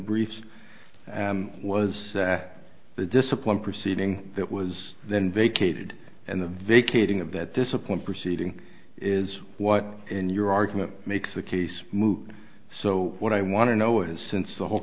briefs was that the discipline proceeding that was then vacated and the vacating of that discipline proceeding is what in your argument makes the case moot so what i want to know is since the whole